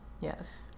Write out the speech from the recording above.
Yes